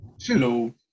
Hello